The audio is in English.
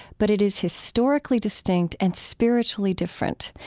but it is historically distinct and spiritually different.